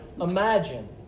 imagine